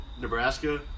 Nebraska